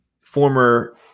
former